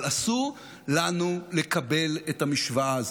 אבל אסור לנו לקבל את המשוואה הזאת.